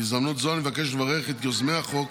בהזדמנות זו אני מבקש לברך את יוזמי הצעת החוק,